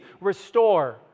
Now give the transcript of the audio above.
restore